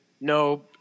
no